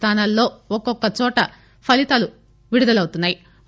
స్లానాలలో ఒక్కొక్క చోట ఫలితాలు విడుదలవుతున్నా యి